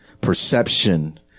perception